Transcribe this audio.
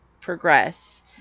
progress